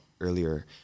earlier